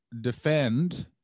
defend